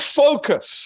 focus